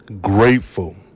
grateful